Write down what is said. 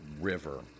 river